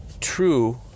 true